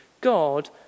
God